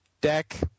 deck